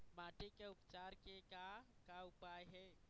माटी के उपचार के का का उपाय हे?